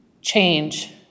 change